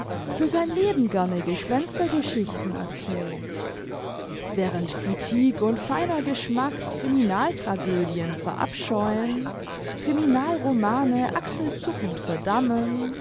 für sein leben gerne gespenster geschichten erzählen während kritik und feiner geschmack criminal tragödien verabscheuen criminal romane achselzuckend verdammen